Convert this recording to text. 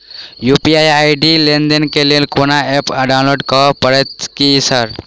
UPI ID लेनदेन केँ लेल कोनो ऐप डाउनलोड करऽ पड़तय की सर?